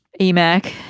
EMAC